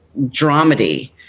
dramedy